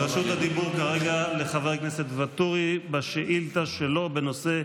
רשות הדיבור כרגע לחבר הכנסת ואטורי בשאילתה שלו בנושא: